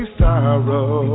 sorrow